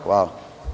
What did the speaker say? Hvala.